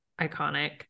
iconic